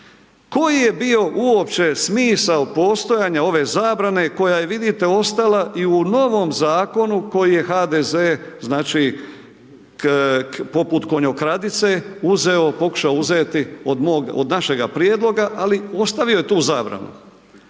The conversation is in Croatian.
Koji je bio uopće smisao postojanja ove zabrane koja je, vidite, ostala i u novom zakonu koji je HDZ, znači, poput konjokradice, uzeo, pokušao uzeti od mog, od našega prijedloga, ali ostavio je tu zabranu,